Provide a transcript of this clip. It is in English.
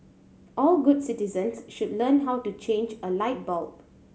all good citizens should learn how to change a light bulb